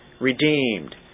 redeemed